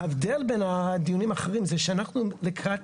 ההבדל בין הדיונים האחרים זה שאנחנו לקראת